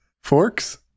Forks